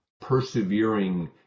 persevering